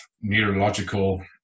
neurological